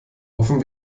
hoffen